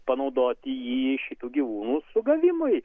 panaudoti jį šitų gyvūnų sugavimui